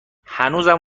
هنوزم